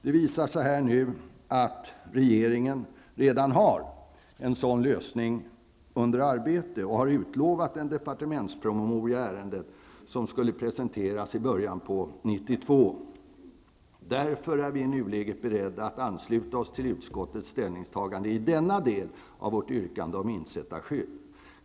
Det visar sig nu att regeringen redan har en sådan lösning under arbete och har utlovat en departementspromemoria i ärendet som skall presenteras i början av 1992. Därför är vi i nuläget beredda att när det gäller vårt yrkande om insättarskydd ansluta oss till utskottets ställningstagande i denna del.